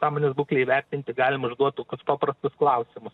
sąmonės būklei įvertinti galima užduot tokius paprastus klausimus